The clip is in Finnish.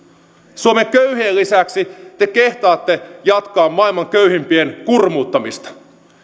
suomen köyhien lisäksi te kehtaatte jatkaa maailman köyhimpien kurmuuttamista